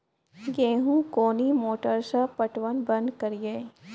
गेहूँ कोनी मोटर से पटवन बंद करिए?